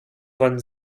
von